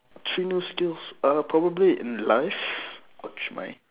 three new skills err probably in life !ouch! my